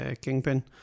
kingpin